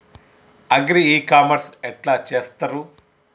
Agri e commerce ఎట్ల చేస్తరు?